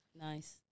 Nice